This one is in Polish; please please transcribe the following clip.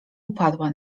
upadła